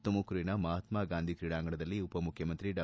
ತುಮಕೂರಿನ ಮಹತ್ಮಾಗಾಂಧಿ ಕ್ರೀಡಾಂಗಣದಲ್ಲಿ ಉಪಮುಖ್ಯಮಂತ್ರಿ ಡಾ